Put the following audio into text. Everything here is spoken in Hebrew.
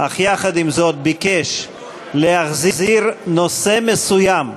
אך יחד עם זאת ביקש להחזיר נושא מסוים,